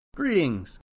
Greetings